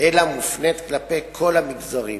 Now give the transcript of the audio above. אלא מופנית כלפי כל המגזרים,